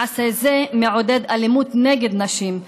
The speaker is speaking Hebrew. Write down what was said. מעשה זה מעודד אלימות נגד נשים.